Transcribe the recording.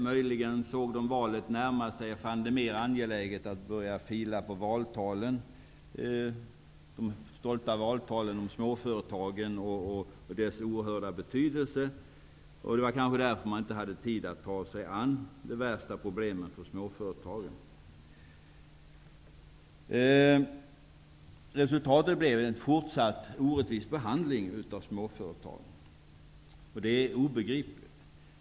Möjligen såg Socialdemokraterna valet närma sig och fann det mera angeläget att börja fila på sina stolta valtal om småföretagen och deras oerhört stora betydelse. Det är kanske just därför som man inte hade tid att ta sig an småföretagens värsta problem. Resultatet blev fortsatt orättvis behandling av småföretagen, och detta är obegripligt.